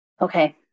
Okay